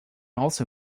also